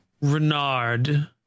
Renard